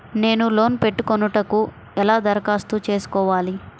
నేను లోన్ పెట్టుకొనుటకు ఎలా దరఖాస్తు చేసుకోవాలి?